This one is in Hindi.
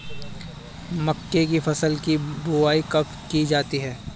मक्के की फसल की बुआई कब की जाती है?